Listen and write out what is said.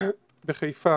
בחיפה,